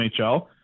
NHL